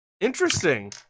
Interesting